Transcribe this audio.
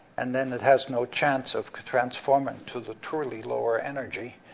and then it has no chance of transforming to the truly lower energy.